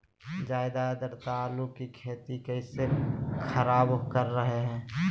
ज्यादा आद्रता आलू की खेती कैसे खराब कर रहे हैं?